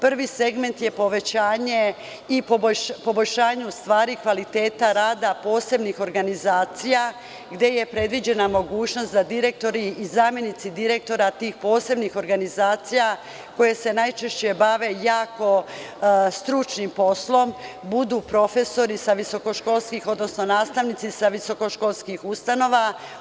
Prvi segment je povećanje, odnosno poboljšanje kvaliteta rada posebnih organizacija gde je predviđena mogućnost da direktori i zamenici direktora tih posebnih organizacija, koje se najčešće bave jako stručnim poslom, budu profesori sa visokoškolskih, odnosno nastavnici sa visokoškolskih ustanova.